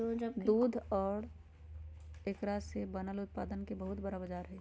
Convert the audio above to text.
दूध और एकरा से बनल उत्पादन के बहुत बड़ा बाजार हई